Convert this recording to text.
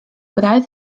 without